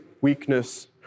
weakness